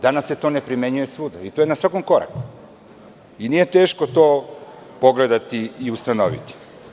Danas se to ne primenjuje svuda i to je na svakom koraku i nije teško to pogledati i ustanoviti.